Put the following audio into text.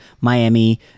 Miami